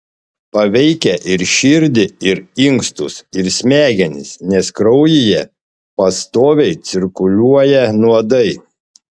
paveikia ir širdį ir inkstus ir smegenis nes kraujyje pastoviai cirkuliuoja nuodai